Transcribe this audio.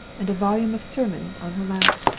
and a volume of sermons on her lap.